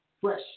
fresh